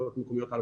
איפה מסעודה גרה,